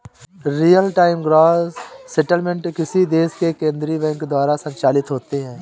real time gross settlement किसी देश के केन्द्रीय बैंक द्वारा संचालित होते हैं